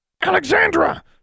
Alexandra